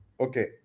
Okay